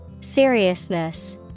Seriousness